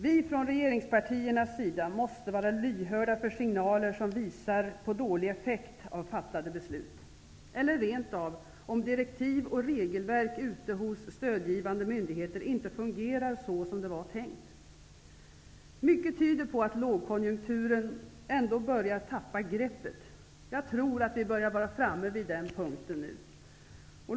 Vi från regeringspartiernas sida måste vara lyhörda för signaler som visar på en dålig effekt av fattade beslut eller som rent av visar att direktiv och regelverk ute hos stödgivande myndigheter inte fungerar så som det var tänkt. Mycket tyder på att lågkonjunkturen ändå börjar tappa greppet. Jag tror att vi börjar närma oss den punkten nu.